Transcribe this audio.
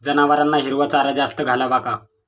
जनावरांना हिरवा चारा जास्त घालावा का?